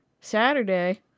Saturday